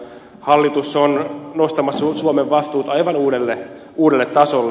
hallitus on nostamassa suomen vastuut aivan uudelle tasolle